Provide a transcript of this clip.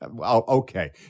Okay